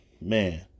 man